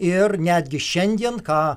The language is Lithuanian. ir netgi šiandien ką